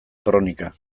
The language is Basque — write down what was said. kronika